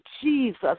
Jesus